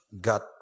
got